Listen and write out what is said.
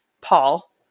Paul